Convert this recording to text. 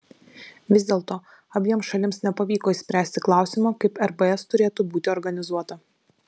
vis dėlto abiems šalims nepavyko išspręsti klausimo kaip rbs turėtų būti organizuota